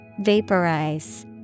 Vaporize